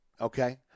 okay